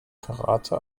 karate